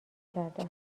کردن